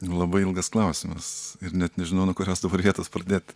labai ilgas klausimas ir net nežinau nuo kurios dabar vietos pradėt